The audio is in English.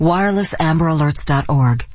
WirelessAmberAlerts.org